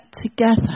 together